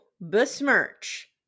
besmirch